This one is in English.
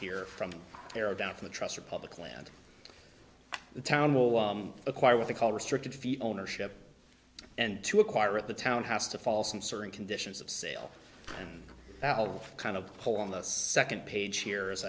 here from there or down from the trust for public land the town will acquire what they call restricted feet ownership and to acquire at the town has to fall some certain conditions of sale and that will kind of pull on the second page here as